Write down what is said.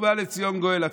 ובא לציון גואל.